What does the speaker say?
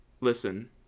listen